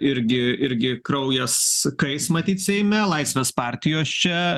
irgi irgi kraujas kais matyt seime laisvės partijos čia